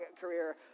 career